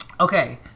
Okay